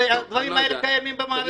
הרי הדברים האלה קיימים במערכת.